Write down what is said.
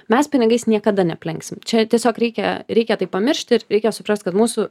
mes pinigais niekada neaplenksim čia tiesiog reikia reikia tai pamiršt ir reikia suprast kad mūsų